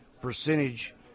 percentage